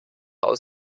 aus